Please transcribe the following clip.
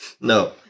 No